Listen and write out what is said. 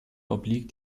obliegt